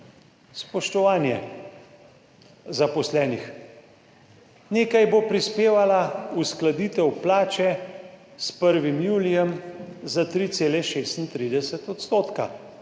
Spoštovanje zaposlenih. Nekaj bo prispevala uskladitev plače s 1. julijem za 3,36 odstotka.